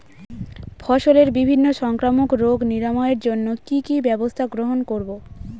ফসলের বিভিন্ন সংক্রামক রোগ নিরাময়ের জন্য কি কি ব্যবস্থা গ্রহণ করব?